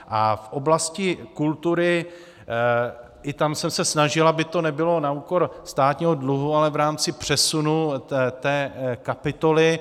A v oblasti kultury, i tam jsem se snažil, aby to nebylo na úkor státního dluhu, ale v rámci přesunu té kapitoly.